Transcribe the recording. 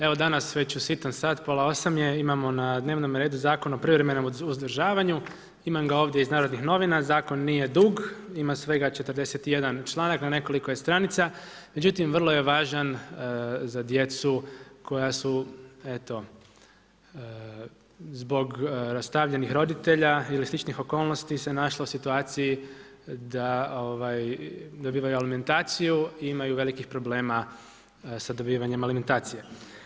Evo danas već u sitan sat, pola 8 je, imamo na dnevnom redu Zakon o privremenom uzdržavanju, imam ga ovdje iz NN, zakon nije dug, ima svega 41 članak, na nekoliko je stranica, međutim vrlo je važan za djecu koja su eto zbog rastavljenih roditelja ili sličnih okolnosti se našla u situaciji da dobivaju alimentaciju i imaju velikih problema sa dobivanjem alimentacije.